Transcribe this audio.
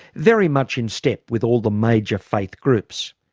very much in step with all the major faith groups.